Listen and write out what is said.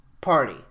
party